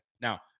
Now